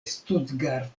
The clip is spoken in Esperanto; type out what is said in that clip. stuttgart